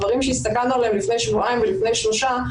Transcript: דברים שהסתכלנו עליהם לפני שבועיים ולפני שלושה,